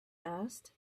asked